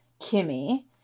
Kimmy